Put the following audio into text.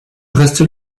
restes